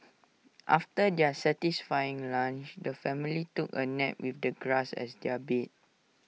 after their satisfying lunch the family took A nap with the grass as their bed